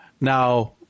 Now